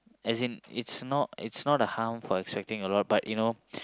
as in it's not a it's not a harm for expecting a lot but you know